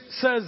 says